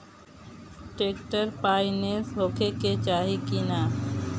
Tractor पाईनेस होखे के चाही कि ना?